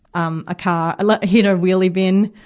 um, a car, like hit a wheelie bin,